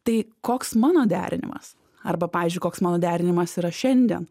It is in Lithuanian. tai koks mano derinimas arba pavyzdžiui koks mano derinimas yra šiandien